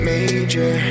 Major